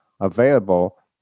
available